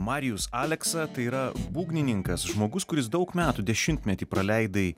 marijus aleksa tai yra būgnininkas žmogus kuris daug metų dešimtmetį praleidai